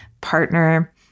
partner